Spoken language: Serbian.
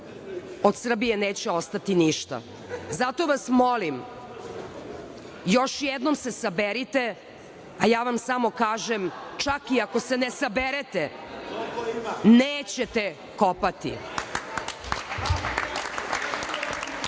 od Srbije neće ostati ništa. Zato vas molim – još jednom se saberite, a ja vam samo kažem – čak i ako se ne saberete, nećete